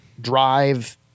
drive